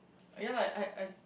ya lah I I